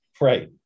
right